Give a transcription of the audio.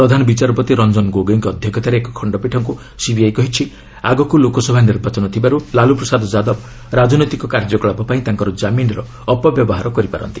ପ୍ରଧାନ ବିଚାରପତି ରଞ୍ଜନ ଗୋଗୋଇଙ୍କ ଅଧ୍ୟକ୍ଷତାରେ ଏକ ଖଣ୍ଡପୀଠଙ୍କୁ ସିବିଆଇ କହିଛି ଆଗକୁ ଲୋକସଭା ନିର୍ବାଚନ ଥିବାରୁ ଲାଲୁ ପ୍ରସାଦ ଯାଦବ ରାଜନୈତିକ କାର୍ଯ୍ୟକଳାପ ପାଇଁ ତାଙ୍କର କାମିନ୍ର ଅପବ୍ୟବହାର କରିପାରନ୍ତି